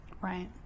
Right